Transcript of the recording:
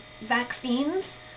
vaccines